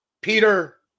Peter